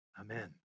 Amen